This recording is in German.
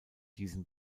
diesen